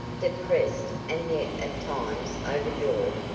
depressed, and yet at times overjoyed,